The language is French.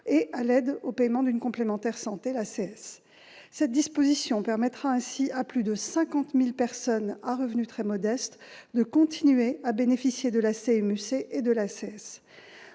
et à l'aide au paiement d'une complémentaire santé, cette disposition permettra ainsi à plus de 50000 personnes à revenus très modestes, de continuer à bénéficier de la CMU-C et de laisser